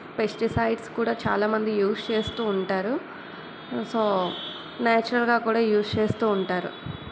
pesticides కూడా చాలామంది use చేస్తూ ఉంటారు సో నేచురల్గా కూడా యూజ్ చేస్తూ ఉంటారు